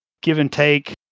give-and-take